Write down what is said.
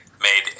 made